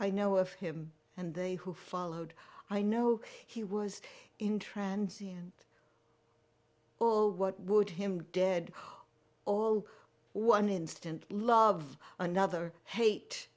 i know of him and they who followed i know he was intransient all what would him dead all one instant love another hate